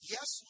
Yes